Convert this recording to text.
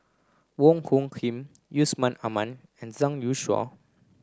Wong Hung Khim Yusman Aman and Zhang Youshuo